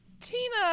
tina